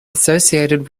associated